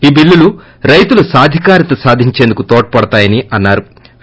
ఈ బిల్లులు రైతులు సాధికారికత సాధించేందుకు తోడ్పడతాయని అన్నారు